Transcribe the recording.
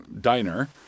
diner